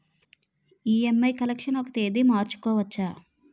EMI collection ఒక తేదీ మార్చుకోవచ్చా?